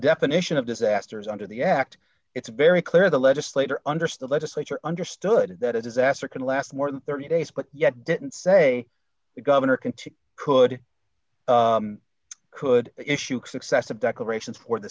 definition of disasters under the act it's very clear the legislator understood legislature understood that if disaster can last more than thirty days but yet didn't say the governor can too could could issue successive declarations for the